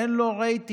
אין לו רייטינג.